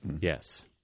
Yes